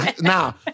Now